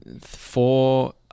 four